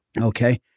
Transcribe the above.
Okay